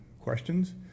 questions